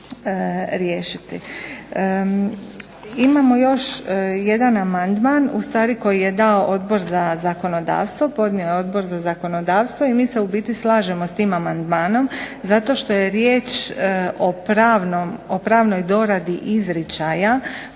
Imamo još jedan amandman u stvari koji je dao Odbor za zakonodavstvo, podnio je Odbor za zakonodavstvo. I mi se u biti slažemo s tim amandmanom zato što je riječ o pravnoj doradi izričaja